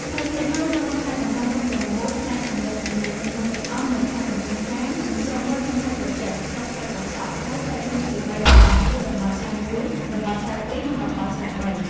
ភូមិភាគនេះរួមមានខេត្តកំពង់ធំទាំងមូល ផ្នែកខាងលិចទន្លេមេគង្គទាំងអស់នៃខេត្តកំពង់ចាម និងស្រុកមួយក្នុង ខេត្តក្រចេះ (ស្រុកព្រែកប្រសប់) ហើយចែកចេញជាបីតំបន់គឺ តំបន់៤១ តំបន់៤២ និង តំបន់៤៣ ។